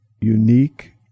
unique